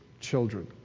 children